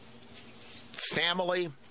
family